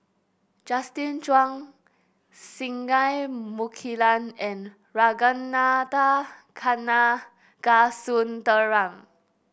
Justin Zhuang Singai Mukilan and Ragunathar Kanagasuntheram